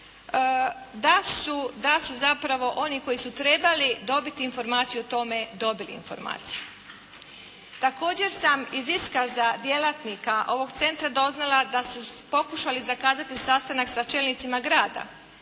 da su zapravo oni koji su trebali dobiti informaciju o tome dobili informaciju. Također sam iz iskaza djelatnika ovog centra doznala da su pokušali zakazati sastanak sa čelnicima grada.